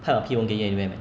part of 而已 meh